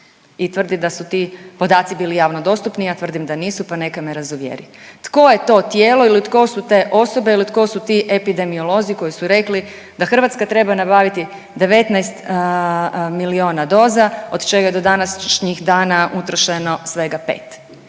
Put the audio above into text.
i tvrdi da su ti podaci bili javno dostupni, ja tvrdim da nisu pa neka me razuvjeri. Tko je to tijelo ili tko su te osobe ili tko su ti epidemiolozi koji su rekli da Hrvatske treba nabaviti 19 milijuna doza od čega je do današnjeg dana utrošeno svega 5.